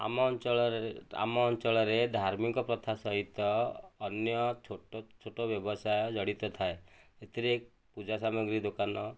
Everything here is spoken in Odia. ଆମ ଅଞ୍ଚଳରେ ଆମ ଅଞ୍ଚଳରେ ଧାର୍ମିକ ପ୍ରଥା ସହିତ ଅନ୍ୟ ଛୋଟ ଛୋଟ ବ୍ୟବସାୟ ଜଡ଼ିତ ଥାଏ ଏଥିରେ ପୂଜା ସାମଗ୍ରୀ ଦୋକାନ